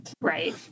Right